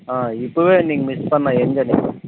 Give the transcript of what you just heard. ஆ இப்போவே நீங்கள் மிஸ் பண்ண எங்கேன்னு